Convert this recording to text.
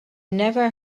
never